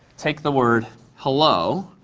take the word hello.